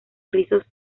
rizos